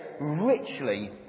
richly